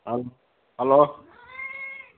hello